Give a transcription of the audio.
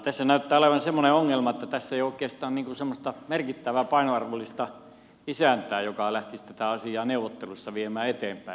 tässä näyttää olevan semmoinen ongelma että tässä ei ole oikeastaan semmoista merkittävää painoarvollista isäntää joka lähtisi tätä asiaa neuvotteluissa viemään eteenpäin